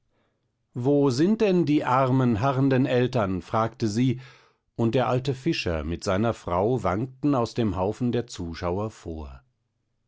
wo sind denn die armen harrenden eltern fragte sie und der alte fischer mit seiner frau wankten aus dem haufen der zuschauer vor